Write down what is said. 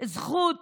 זכות